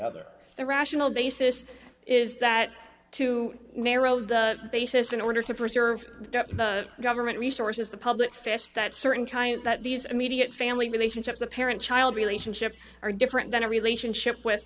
other the rational basis is that to narrow the basis in order to preserve government resources the public face that certain trial that these immediate family relationships the parent child relationship are different than a relationship with